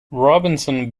robinson